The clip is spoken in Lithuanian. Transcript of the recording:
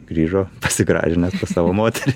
grįžo pasigražinęs savo moterį